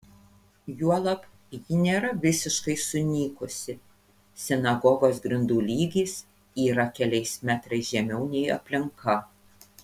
juolab ji nėra visiškai sunykusi sinagogos grindų lygis yra keliais metrais žemiau nei aplinka